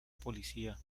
policía